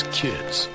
kids